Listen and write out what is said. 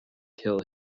kill